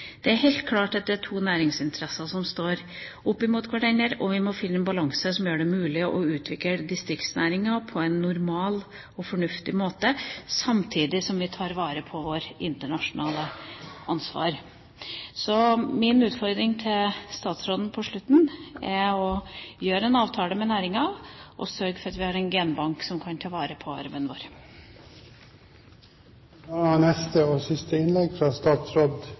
Det er helt klart at det er to næringsinteresser som står opp mot hverandre, og vi må finne en balanse som gjør det mulig å utvikle distriktsnæringer på en normal og fornuftig måte, samtidig som vi ivaretar vårt internasjonale ansvar. Så min utfordring til statsråden på slutten av debatten er å gjøre en avtale med næringa og sørge for at vi har en genbank som kan ta vare på arven